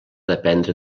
dependre